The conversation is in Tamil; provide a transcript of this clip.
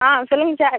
ஆ சொல்லுங்கள் சார்